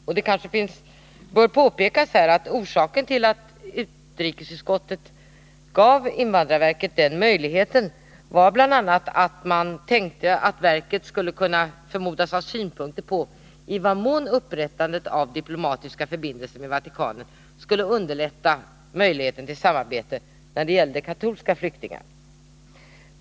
Och det bör kanske påpekas här att orsaken till att utrikesutskottet gav invandrarverket den möjligheten var bl.a. att man förmodade att verket skulle kunna ha synpunkter på i vad mån upprättandet av diplomatiska förbindelser med Vatikanen skulle förbättra möjligheten till samarbete när det gällde katolska flyktingar.